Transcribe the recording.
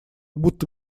будто